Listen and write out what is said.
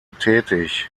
tätig